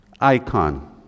Icon